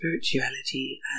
spirituality